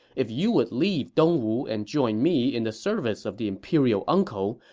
if you would leave dong wu and join me in the service of the imperial uncle,